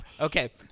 Okay